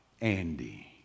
Andy